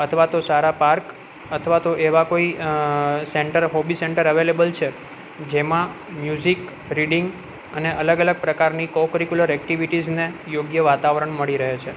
અથવા તો સારા પાર્ક અથવા તો એવા કોઈ સેન્ટર હોબી સેન્ટર અવેલેબલ છે જેમાં મ્યુઝિક રીડિંગ અને અલગ અલગ પ્રકારની કો કરિકયુલર એક્ટિવિટીસને યોગ્ય વાતાવરણ મળી રહે છે